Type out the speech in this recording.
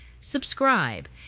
subscribe